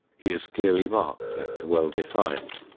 he is clearly marked and well defined.